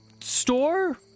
Store